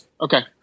Okay